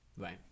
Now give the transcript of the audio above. right